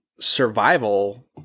survival